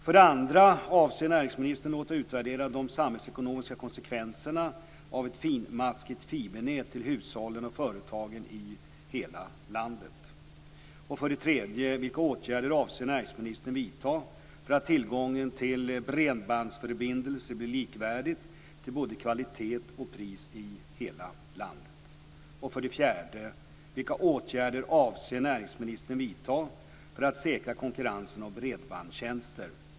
För det andra: Avser näringsministern låta utvärdera de samhällsekonomiska konsekvenserna av ett finmaskigt fibernät till hushållen och företagen i hela landet?